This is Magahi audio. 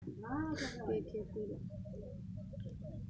टिंडा के खेती ला गर्म और सूखल जलवायु अच्छा मानल जाहई